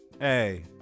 hey